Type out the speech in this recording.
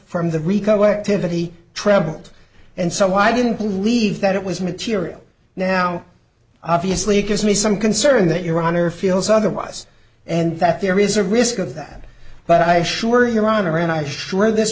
from the rico activity trebled and someone i didn't believe that it was material now obviously it gives me some concern that your honor feels otherwise and that there is a risk of that but i assure your honor and i sure